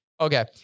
okay